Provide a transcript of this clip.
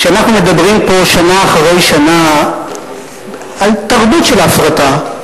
כשאנחנו מדברים פה שנה אחרי שנה על תרבות של הפרטה,